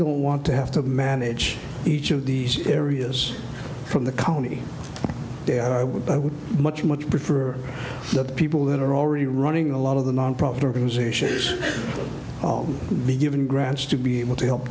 don't want to have to manage each of these areas from the county they are i would but i would much much prefer the people that are already running a lot of the nonprofit organization be given grants to be able to help